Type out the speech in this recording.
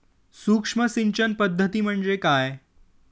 सूक्ष्म सिंचन पद्धती म्हणजे काय?